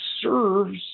serves